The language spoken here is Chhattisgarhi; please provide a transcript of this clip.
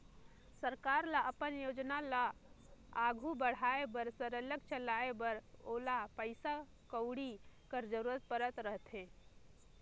सरकार ल अपन योजना ल आघु बढ़ाए बर सरलग चलाए बर ओला पइसा कउड़ी कर जरूरत परत रहथे